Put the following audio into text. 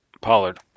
Pollard